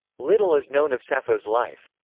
little is known of sappho's life.